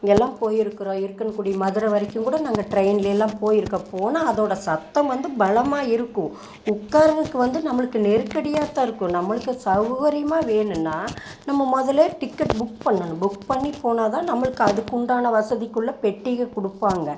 இங்கே எல்லாம் போயிருக்கிறோம் இருக்கன்குடி மதுரை வரைக்கும் கூட நாங்கள் ட்ரெயின்லெலாம் போயிருக்கோம் போனால் அதோடய சத்தம் வந்து பலமாக இருக்கும் உகட்காறதுக்கு வந்து நம்மளுக்கு நெருக்கடியாகத்தான் இருக்கும் நம்மளுக்கு சௌகரியமாக வேணும்னா நம்ம முதலே டிக்கெட் புக் பண்ணணும் புக் பண்ணி போனால் தான் நம்மளுக்கு அதுக்குண்டான வசதிக்குள்ளே பெட்டியும் கொடுப்பாங்க